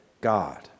God